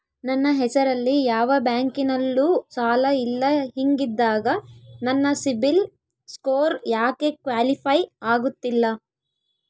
ನನ್ನ ಹೆಸರಲ್ಲಿ ಯಾವ ಬ್ಯಾಂಕಿನಲ್ಲೂ ಸಾಲ ಇಲ್ಲ ಹಿಂಗಿದ್ದಾಗ ನನ್ನ ಸಿಬಿಲ್ ಸ್ಕೋರ್ ಯಾಕೆ ಕ್ವಾಲಿಫೈ ಆಗುತ್ತಿಲ್ಲ?